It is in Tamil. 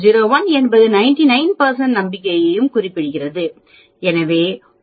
01 என்பது 99 ஐயும் குறிக்கிறது